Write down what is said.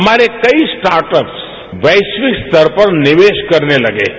हमारे कई स्टार्टअप वैश्विक स्तर पर निवेश करने लगे हैं